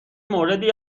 موردی